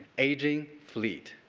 aging fleet.